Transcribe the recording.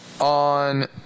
on